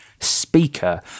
speaker